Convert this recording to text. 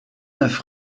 neuf